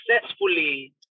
successfully